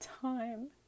time